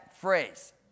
phrase